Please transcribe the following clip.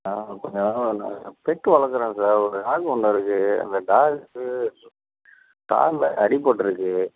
நான் கொஞ்சம் நான் பெட்டு வளர்க்கறேன் சார் ஒரு டாக் ஒன்று இருக்குது அந்த டாக்குக்கு ஸ்ஸோ காலில் அடிபட்ருக்கு